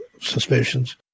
suspicions